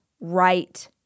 right